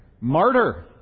Martyr